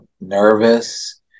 nervous